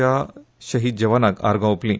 च्या शहीद जवानांक आर्गा ओपली